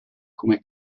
come